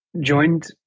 joined